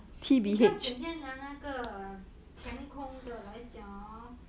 你不要整天拿那个填空的来讲 hor